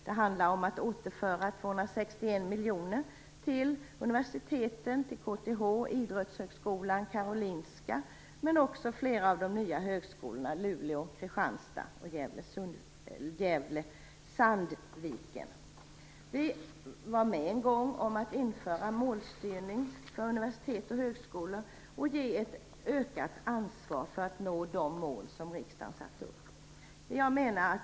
Det handlar om att återföra 261 miljoner till universiteten, KTH, Idrottshögskolan, Karolinska institutet men också flera av de nya högskolorna - Luleå, Kristianstad och Gävle/Sandviken. Vi var med en gång om att införa målstyrning för universitet och högskolor och ge ett ökat ansvar för att nå de mål som riksdagen satt upp.